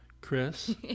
Chris